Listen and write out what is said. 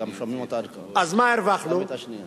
אז מה הרווחנו?